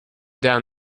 down